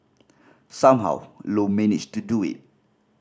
somehow Low managed to do it